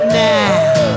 now